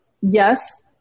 Yes